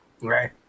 right